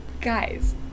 Guys